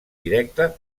directe